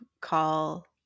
call